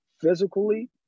physically